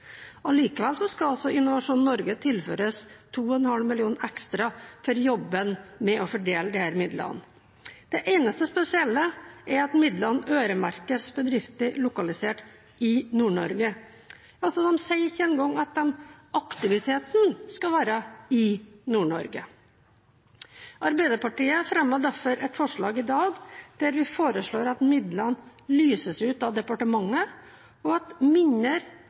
Allikevel skal Innovasjon Norge tilføres 2,5 mill. kr ekstra for jobben med å fordele disse midlene. Det eneste spesielle er at midlene øremerkes bedrifter lokalisert i Nord-Norge. De sier ikke engang at aktiviteten skal være i Nord-Norge. Arbeiderpartiet fremmer derfor et forslag i dag der vi foreslår at midlene lyses ut av departementet, og at mindre